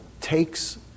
takes